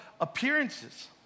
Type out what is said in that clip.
appearances